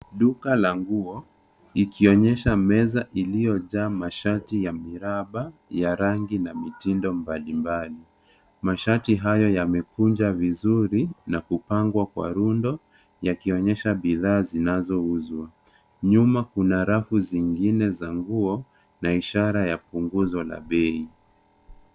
Duka la nguo ikionyesha meza iliyojaa mashati ya miraba ya rangi na mitindo mbalimbali. Mashati haya yamekunja vizuri na kupangwa kwa rundo, yakionyesha bidhaa zinazouzwa. Nyuma kuna rafu zingine za nguo na ishara ya punguzo la bei.